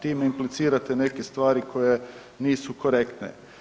Tim implicirate neke stvari koje nisu korektne.